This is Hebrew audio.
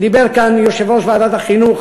דיבר כאן יושב-ראש ועדת החינוך,